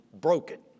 broken